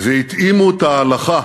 והתאימו את ההלכה